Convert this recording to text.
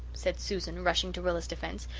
said susan, rushing to rilla's defence.